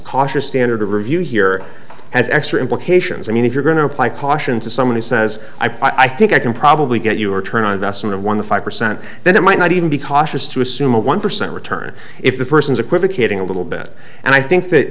cautious standard of review here has extra implications i mean if you're going to apply caution to someone who says i think i can probably get you or turn on investment of one to five percent then it might not even be cautious to assume a one percent return if the person is equivocating a little bit and i think that